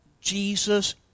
Jesus